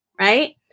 Right